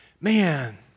Man